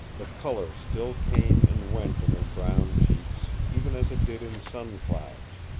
the color still came and went in her brown cheeks, even as it did in sun cloud's.